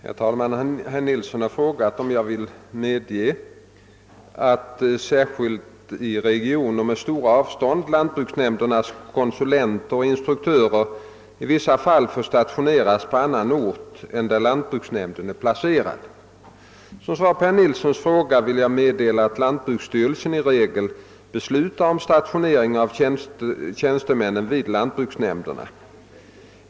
Herr talman! Herr Nilsson i Tvärålund har frågat om jag vill medge att, särskilt i regioner med stora avstånd, lantbruksnämndernas konsulenter och instruktörer i vissa fall får stationeras på annan ort än den där lantbruksnämnden är placerad. Som svar på herr Nilssons fråga vill jag meddela att lantbruksstyrelsen i regel beslutar om stationering av tjänstemännen vid lantbruksnämnderna.